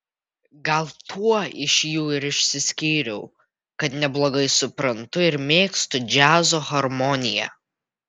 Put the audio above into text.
gal tuo iš jų ir išsiskyriau kad neblogai suprantu ir mėgstu džiazo harmoniją